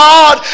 God